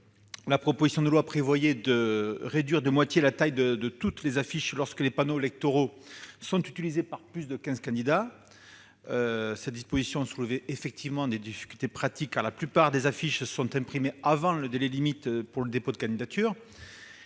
la proposition de loi tendait à réduire de moitié la taille de toutes les affiches lorsque les panneaux sont utilisés par plus de quinze candidats. Or cela soulevait des difficultés pratiques, car la plupart des affiches sont imprimées avant le délai limite pour le dépôt des candidatures.